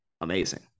amazing